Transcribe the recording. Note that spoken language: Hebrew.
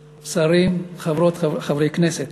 שרים, חברות וחברי הכנסת,